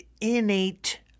innate